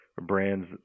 brands